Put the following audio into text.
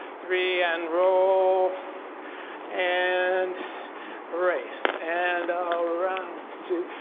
three and roll and brace and around, two,